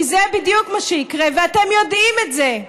כי זה בדיוק מה שיקרה, ואתם יודעים את זה.